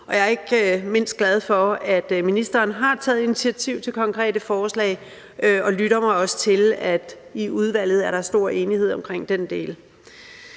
Jeg er ikke mindst glad for, at ministeren har taget initiativ til konkrete forslag, og jeg lytter mig også til, at der er stor enighed i udvalget om den del.